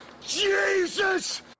Jesus